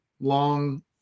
long